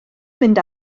mynd